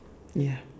ya